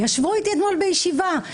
ישבו איתי אתמול בישיבה.